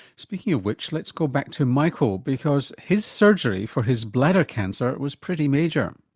speaking of which let's go back to michael because his surgery for his bladder cancer was pretty major.